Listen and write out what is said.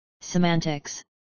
Semantics